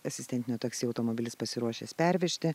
asistentinio taksi automobilis pasiruošęs pervežti